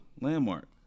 Landmark